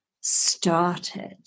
started